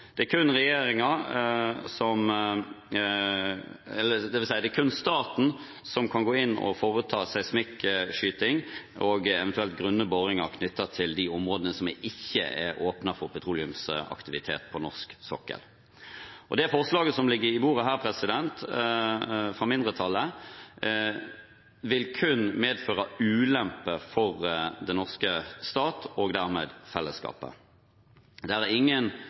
Det er kun staten som kan gå inn og foreta seismikkskyting og eventuelt grunne boringer knyttet til de områdene som ikke er åpnet for petroleumsaktivitet på norsk sokkel. Det forslaget som ligger på bordet her fra mindretallet, vil kun medføre ulemper for den norske stat og dermed fellesskapet. Det er ingen